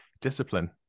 discipline